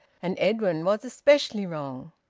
and edwin was especially wrong.